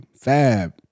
Fab